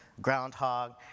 groundhog